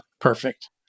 Perfect